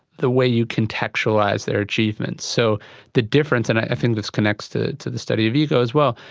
the way you contextualise their achievements. so the difference, and i think this connects to to the study of ego as well,